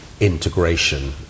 integration